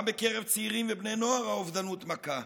גם בקרב צעירים ובני האובדנות מכה: